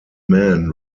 man